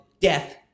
death